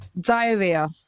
Diarrhea